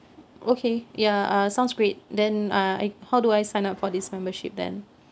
okay ya uh sounds great then uh I how do I sign up for this membership then